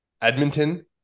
Edmonton